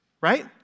Right